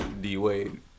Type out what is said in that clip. D-Wade